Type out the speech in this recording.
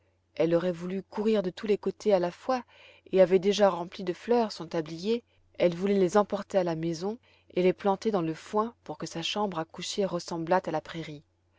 elle aurait voulu courir de tous les côtés à la fois et avait déjà rempli de fleurs son tablier elle voulait les emporter à la maison et les planter dans le foin pour que sa chambre à coucher ressemblât à la prairie